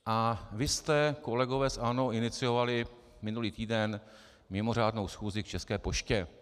A vy jste, kolegové z ANO, iniciovali minulý týden mimořádnou schůzi k České poště.